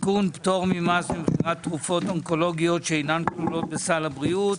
תיקון פטור ממס מבחינת תרופות אונקולוגיות שאינן כלולות בסל הבריאות,